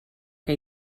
que